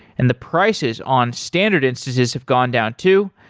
and the prices on standard instances have gone down too.